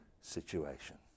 situation